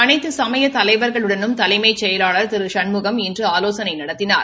அனைத்து சமய தலைவர்களுடனும் தலைமைச் செயலாளர் திரு சண்முகம் இன்று ஆலோசனை நடத்தினார்